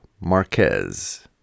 Marquez